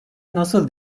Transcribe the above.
nasıl